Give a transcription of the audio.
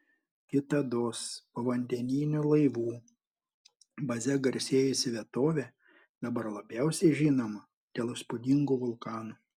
kitados povandeninių laivų baze garsėjusi vietovė dabar labiausiai žinoma dėl įspūdingų vulkanų